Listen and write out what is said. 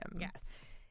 Yes